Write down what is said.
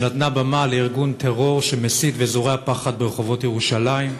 שנתנה במה לארגון טרור שמסית וזורע פחד ברחובות ירושלים,